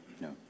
No